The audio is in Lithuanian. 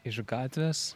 iš gatvės